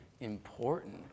important